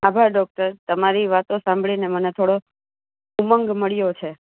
આભાર ડોક્ટર તમારી વાતો સાંભળીને મને થોડો ઉમંગ મળ્યો છે